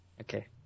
Okay